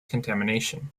contamination